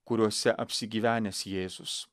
kuriuose apsigyvenęs jėzus